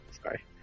Sorry